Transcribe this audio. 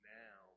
now